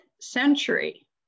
century